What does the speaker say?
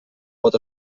pot